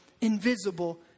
invisible